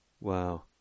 Wow